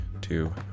Two